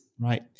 right